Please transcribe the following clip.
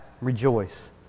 Rejoice